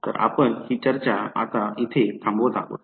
तर आपण हि चर्चा आता इथे थांबवत आहोत